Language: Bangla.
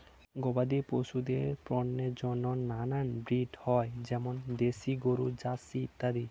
গবাদি পশুদের পণ্যের জন্য নানান ব্রিড হয়, যেমন দেশি গরু, জার্সি ইত্যাদি